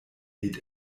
lied